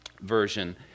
version